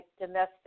domestic